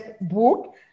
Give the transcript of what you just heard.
book